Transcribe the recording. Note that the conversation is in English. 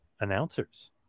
announcers